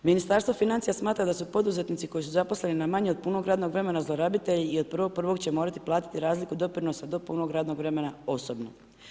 Ministarstvo financija da su poduzetnici, koji su zaposleni na manje od puno radnog vremena zlorabite i od 1.1. će morati platiti razliku doprinosa, do punog radnog vremena osobno.